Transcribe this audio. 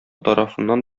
тарафыннан